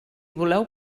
voleu